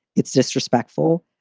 it's disrespectful,